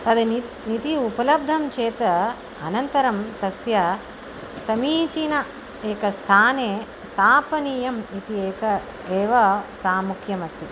तद् नि निधिः उपलब्धं चेत् अनन्तरं तस्य समीचीनम् एकं स्थाने स्थापनीयम् इति एकम् एव प्रामुख्यम् अस्ति